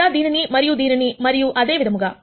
లేదా దీనిని మరియు దీనిని మరియు అదే విధముగా